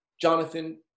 Jonathan